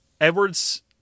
Edwards